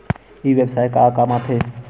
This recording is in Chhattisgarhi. ई व्यवसाय का काम आथे?